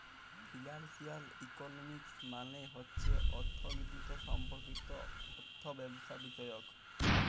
financial economics মালে হছে অথ্থলিতি সম্পর্কিত অথ্থব্যবস্থাবিষয়ক